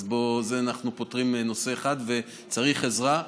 אז בזה אנחנו פוטרים נושא אחד, וצריך עזרה.